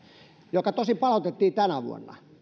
joka tosin palautettiin tänä vuonna